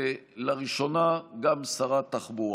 ולראשונה גם שרת תחבורה.